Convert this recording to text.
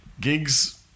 gigs